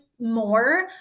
more